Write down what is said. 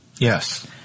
Yes